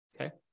Okay